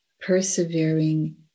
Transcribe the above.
persevering